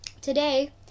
today